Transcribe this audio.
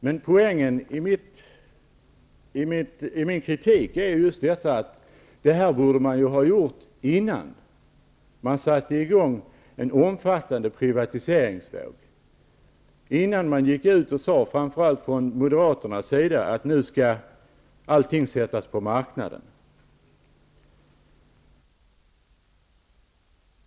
Men poängen i min kritik var just att man borde ha gjort detta innan man handlade. Man satte i gång en omfattande privatiseringsvåg innan man gick ut och talade om -- detta gäller framför allt moderaterna -- att allting skulle sättas på marknaden.